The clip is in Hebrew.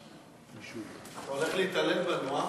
אתה הולך להתעלל בנו,